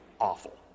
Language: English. awful